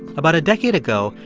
about a decade ago,